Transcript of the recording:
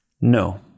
No